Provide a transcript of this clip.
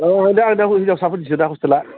औ आंनिया हिन्जावसाफोरनिसोना ह'स्टेला